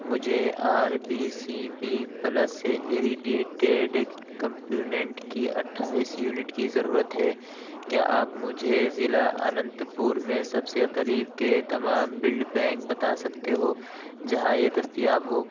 مجھے R B C B C plus سے irradiated component کی اٹھائیس یونٹ کی ضرورت ہے کیا آپ مجھے ضلع اننت پور میں سب سے قریب کے تمام بلڈ بینک بتا سکتے ہو جہاں یہ دستیاب ہو